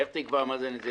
איך תקבע מה זה נזילה?